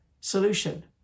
solution